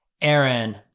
Aaron